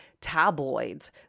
tabloids